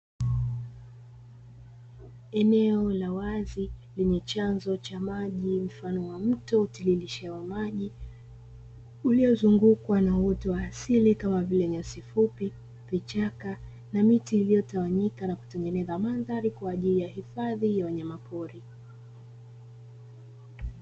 Eneo la wazi lenye chanzo cha maji mfano wa mto tulilishwa maji uliozungukwa na uoto wa asili kama vile; nyasi fupi, vichaka na miti kufanyika na kutengeneza mandhari kwa ajili ya hifadhi ya wanyama pori.